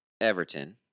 Everton